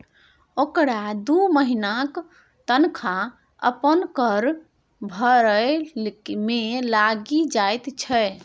ओकरा दू महिनाक तनखा अपन कर भरय मे लागि जाइत छै